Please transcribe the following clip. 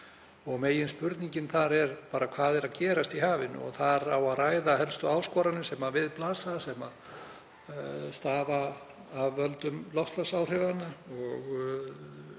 Meginspurningin þar er hvað sé að gerast í hafinu og þar á að ræða helstu áskoranir sem við blasa sem stafa af völdum loftslagsáhrifa.